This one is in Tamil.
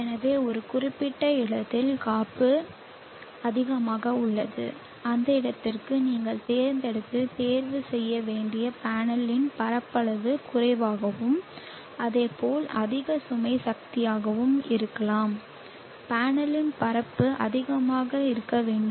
எனவே ஒரு குறிப்பிட்ட இடத்தில் காப்பு அதிகமாக உள்ளது அந்த இடத்திற்கு நீங்கள் தேர்ந்தெடுத்து தேர்வு செய்ய வேண்டிய பேனலின் பரப்பளவு குறைவாகவும் அதேபோல் அதிக சுமை சக்தியாகவும் இருக்கலாம் பேனலின் பரப்பளவு அதிகமாக இருக்க வேண்டும்